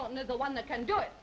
is the one that can do it